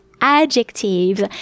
adjectives